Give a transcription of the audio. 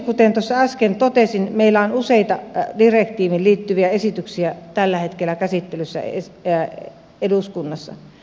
kuten tuossa äsken totesin meillä on useita direktiiviin liittyviä esityksiä tällä hetkellä käsittelyssä eduskunnassa